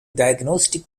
diagnostic